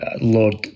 Lord